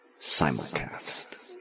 Simulcast